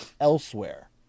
elsewhere